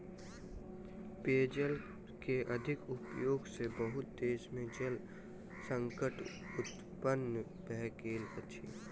पेयजल के अधिक उपयोग सॅ बहुत देश में जल संकट उत्पन्न भ गेल अछि